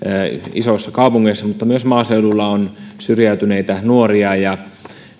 isoissa kaupungeissa mutta myös maaseuduilla on syrjäytyneitä nuoria